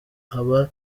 aba